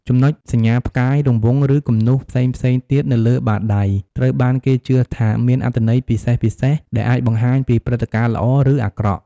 ចំណុច សញ្ញាផ្កាយ រង្វង់ ឬគំនូសផ្សេងៗទៀតនៅលើបាតដៃ ត្រូវបានគេជឿថាមានអត្ថន័យពិសេសៗ ដែលអាចបង្ហាញពីព្រឹត្តិការណ៍ល្អ ឬអាក្រក់។